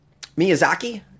Miyazaki